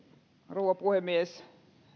rouva puhemies